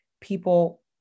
people